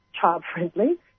child-friendly